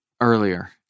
earlier